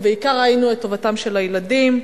ובעיקר ראינו את טובתם של הילדים.